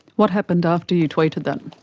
what happened after you tweeted that?